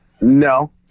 No